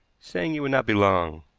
saying he would not be long.